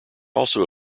also